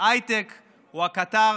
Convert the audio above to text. הייטק הוא הקטר